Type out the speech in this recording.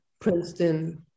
Princeton